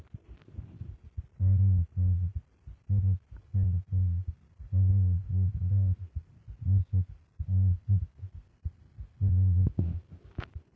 तारण कर्ज परतफेडीचा कालावधी द्वारे निश्चित केला जातो